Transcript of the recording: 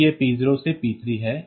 तो ये P0 से P3 हैं